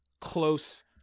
close